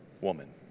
woman